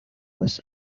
was